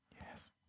Yes